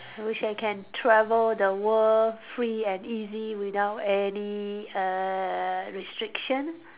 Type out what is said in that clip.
I wish I can travel the world free and easy without any err restriction